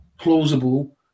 plausible